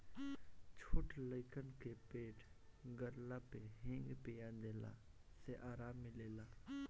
छोट लइकन के पेट गड़ला पे हिंग पिया देला से आराम मिलेला